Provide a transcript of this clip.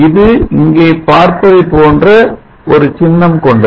இது இங்கே பார்ப்பதைப் போன்ற ஒரு சின்னம் கொண்டது